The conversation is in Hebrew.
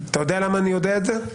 אתה יודע למה אני יודע את זה?